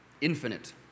infinite